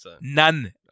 None